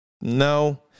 No